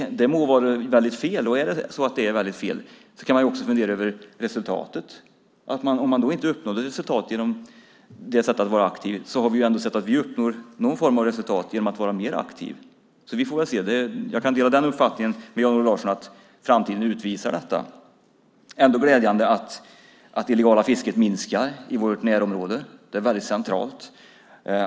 Det må vara väldigt fel. Är det så att det är väldigt fel kan man ju också fundera över resultatet. Om man inte uppnår resultat genom det sättet att vara aktiv har vi ändå uppnått någon form av resultat genom att vara mer aktiva. Vi får väl se. Jag kan dela Jan-Olof Larssons uppfattning att framtiden kommer att utvisa detta. Det är trots allt glädjande att det illegala fisket minskar i vårt närområde. Det är mycket viktigt.